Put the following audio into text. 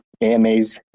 AMAs